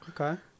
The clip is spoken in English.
Okay